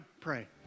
pray